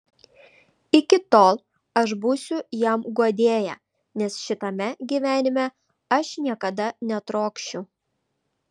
iki tol aš būsiu jam guodėja nes šitame gyvenime aš niekada netrokšiu